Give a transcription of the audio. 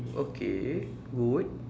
okay good